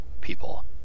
people